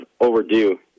overdue